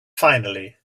finally